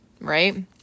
right